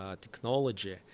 technology